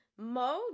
mode